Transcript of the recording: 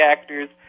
actors